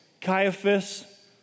Caiaphas